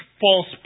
false